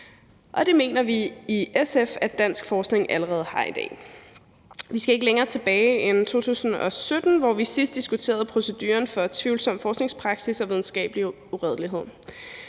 Det mener vi i SF at dansk forskning allerede har i dag. Vi skal ikke længere tilbage end til 2017, hvor vi sidst diskuterede proceduren for tvivlsom forskningspraksis og videnskabelig uredelighed.